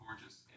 gorgeous